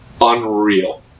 unreal